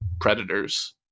predators